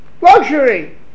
luxury